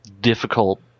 difficult